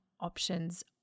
options